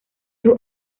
sus